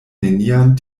nenian